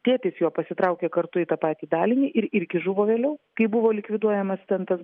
tėtis jo pasitraukė kartu į tą patį dalinį ir irgi žuvo vėliau kai buvo likviduojamas ten tas